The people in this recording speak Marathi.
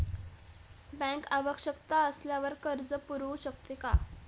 बँक आवश्यकता असल्यावर कर्ज पुरवू शकते का?